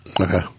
Okay